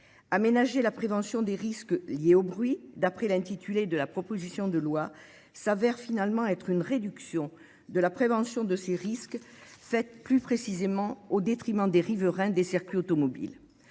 Aménager la prévention des risques liés au bruit, d'après l'intitulé de la proposition de loi, s'avère finalement être une réduction de la prévention de ces risques faite plus précisément au détriment des riverains des circuits automobiles.